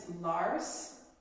Lars